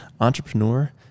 entrepreneur